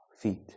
feet